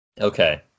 okay